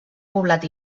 poblat